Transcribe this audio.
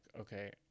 okay